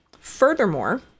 Furthermore